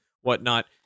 whatnot